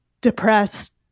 depressed